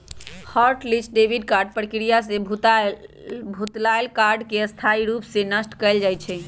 hot list debit card प्रक्रिया से भुतलायल कार्ड के स्थाई रूप से नष्ट कएल जाइ छइ